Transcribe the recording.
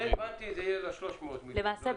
למעשה,